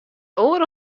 oare